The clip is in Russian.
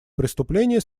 преступление